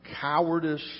cowardice